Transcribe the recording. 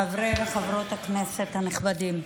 חברת הכנסת עאידה תומא סלימאן,